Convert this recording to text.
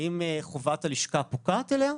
האם חובת הלשכה פוקעת עליה?